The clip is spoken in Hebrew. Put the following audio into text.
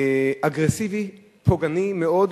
אגרסיבי, פוגעני מאוד.